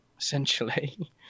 essentially